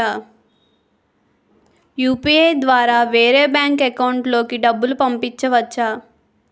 UPI ద్వారా వేరే bank account లోకి డబ్బులు పంపించవచ్చా?